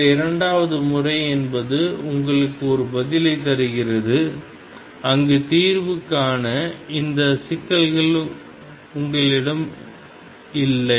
இந்த இரண்டாவது முறை என்பது உங்களுக்கு ஒரு பதிலைத் தருகிறது அங்கு தீர்வுக்கான இந்த சிக்கல்கள் உங்களிடம் இல்லை